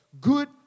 good